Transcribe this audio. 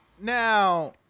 Now